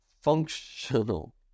functional